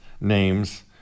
names